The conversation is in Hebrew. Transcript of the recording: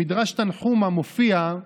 במדרש תנחומא מופיע,